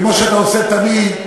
כמו שאתה עושה תמיד.